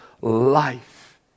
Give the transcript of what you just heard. life